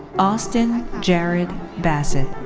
austin jared bassett.